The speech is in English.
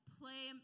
play